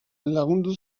lagundu